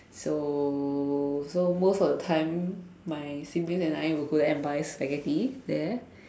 so so most of the time my siblings and I will go there and buy Spaghetti there